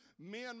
Men